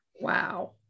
Wow